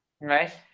right